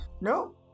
No